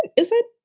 is it